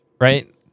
right